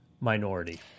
minority